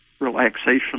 relaxation